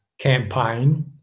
campaign